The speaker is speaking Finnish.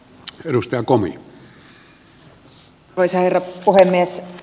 arvoisa herra puhemies